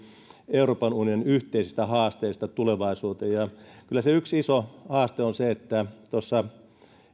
euroopan unionin yhteisistä haasteista tulevaisuuteen kyllä se yksi iso haaste on se että tuossa